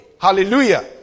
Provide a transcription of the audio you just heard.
Hallelujah